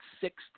sixth